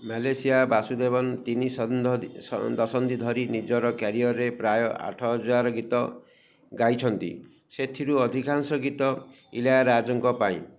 Malaysia Vasudevan ତିନି ଦଶନ୍ଧି ଧରି ନିଜର କ୍ୟାରିଅର୍ରେ ପ୍ରାୟ ଆଠହଜାର ଗୀତ ଗାଇଛନ୍ତି ସେଥିରୁ ଅଧିକାଂଶ ଗୀତ ଇଲାରାଜୁଙ୍କ ପାଇଁ